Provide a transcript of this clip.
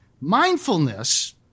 mindfulness